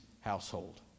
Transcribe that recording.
household